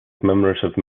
commemorative